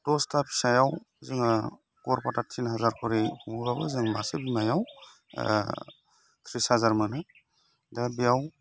दसथा फिसायाव जोङो गर फाथा थिन हाजार खरि अमाखौ जों मासे बिमायाव थ्रिस हाजार मोनो दा बेयाव